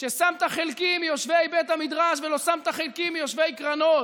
ששמת חלקי עם יושבי בית המדרש ולא שמת חלקי עם יושבי קרנות,